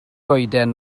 goeden